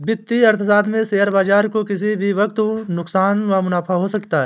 वित्तीय अर्थशास्त्र में शेयर बाजार को किसी भी वक्त नुकसान व मुनाफ़ा हो सकता है